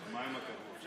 אבל בשביל כבוד צריך לעבוד.